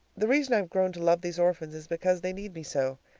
the reason i've grown to love these orphans is because they need me so,